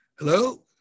Hello